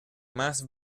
más